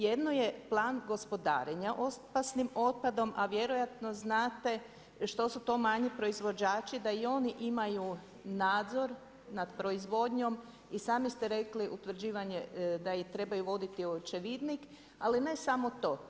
Jedno je plan gospodarenja opasnim otpadom, a vjerojatno znate, što su to mali proizvođači, da i oni imaju nadzor nad proizvodnjom i sami ste rekli, utvrđivanje, da im trebaju voditi očevidnik, ali ne samo to.